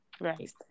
right